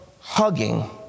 hugging